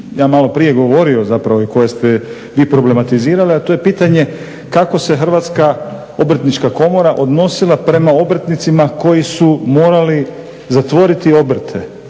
ja malo prije govorio zapravo i koje ste vi problematizirali. A to je pitanje kako se Hrvatska obrtnička komora odnosila prema obrtnicima koji su morali zatvoriti obrte,